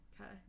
okay